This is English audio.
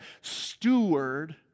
steward